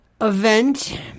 event